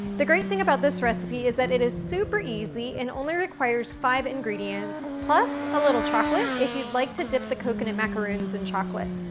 the great thing about this recipe is that it is super easy and only requires five ingredients, plus a little chocolate if you'd like to dip the coconut macaroons in chocolate.